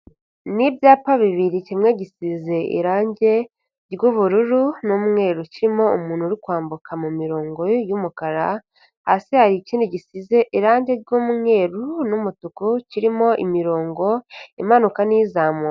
Ni ibyapa bibiri, kimwe gisize irange ry'ubururu n'umweru, kirimo umuntu uri kwambuka mu mirongo yumukara, hasi hari ikindi gisize irangi ry'umweru n'umutuku kirimo imirongo imanuka n'izamuka.